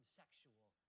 sexual